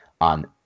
on